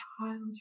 child